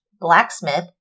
blacksmith